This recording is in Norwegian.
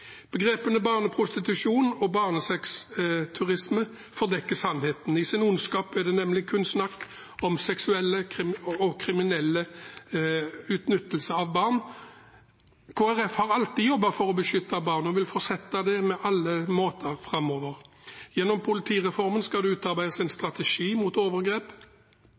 Begrepene «barneprostitusjon» og «barnesexturisme» fordekker sannheten. I sin ondskap er det nemlig kun snakk om seksuell og kriminell utnyttelse av barn. Kristelig Folkeparti har alltid jobbet for å beskytte barn og vil fortsette å gjøre det på alle måter framover. Gjennom politireformen skal det utarbeides en strategi mot overgrep,